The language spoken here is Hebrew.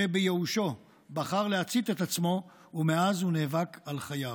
שבייאושו בחר להצית את עצמו ומאז הוא נאבק על חייו.